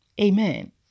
Amen